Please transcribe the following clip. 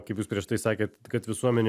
kaip jūs prieš tai sakėt kad visuomenė